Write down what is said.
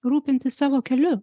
rūpintis savo keliu